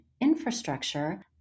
infrastructure